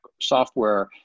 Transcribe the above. software